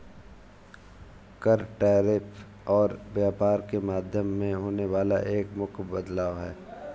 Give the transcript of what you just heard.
कर, टैरिफ और व्यापार के माध्यम में होने वाला एक मुख्य बदलाव हे